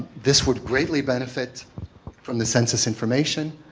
this would greatly benefit from the census information